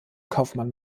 kaufmann